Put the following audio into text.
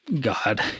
God